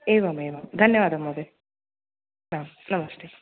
एवमेवं धन्यवादः महोदय नमस्ते